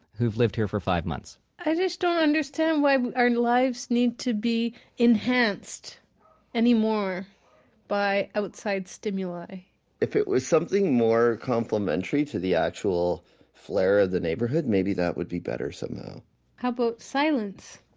who've lived here for five months i just don't understand why our lives need to be enhanced any more by outside stimuli if it was something more complementary to the actual flair of the neighborhood maybe that would be better somehow how about silence?